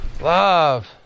love